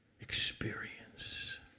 experience